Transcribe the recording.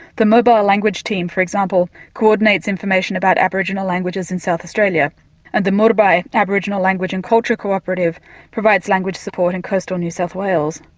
the mobile language team for example co-ordinates information about aboriginal languages in south australia and the muurrbay aboriginal language and culture co-operative provides language support in coastal new south wales.